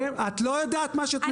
את לא יודעת מה שאת מדברת.